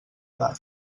edat